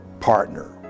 partner